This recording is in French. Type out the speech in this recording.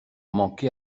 manqué